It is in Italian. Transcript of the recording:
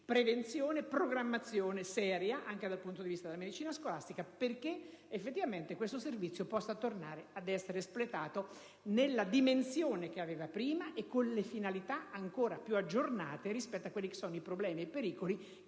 prevenzione e una programmazione seria, anche dal punto di vista della medicina scolastica, perché effettivamente questo servizio possa tornare ad essere espletato nella dimensione che aveva prima e con finalità ancora più aggiornate rispetto ai problemi e ai pericoli a cui